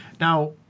Now